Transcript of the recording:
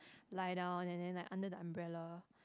lie down and then like under the umbrella